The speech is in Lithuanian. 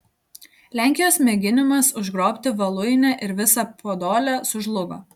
lenkijos mėginimas užgrobti voluinę ir visą podolę sužlugo